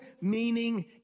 meaning